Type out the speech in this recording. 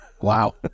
Wow